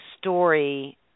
story